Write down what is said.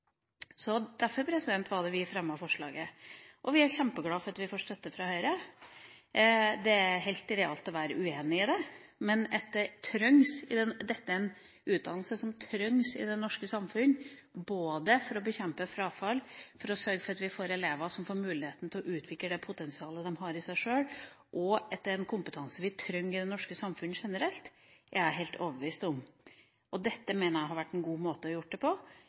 Så derfor var det vi fremmet forslaget. Vi er kjempeglad for at vi får støtte fra Høyre. Det er helt realt å være uenig i det. Men at dette er en utdannelse som trengs i det norske samfunn – både for å bekjempe frafall og for å sørge for at vi får elever som får muligheten til å utvikle det potensialet de har i seg selv – at det er en kompetanse vi trenger i det norske samfunn generelt, er jeg helt overbevist om. Dette mener jeg hadde vært en god måte å gjøre det på.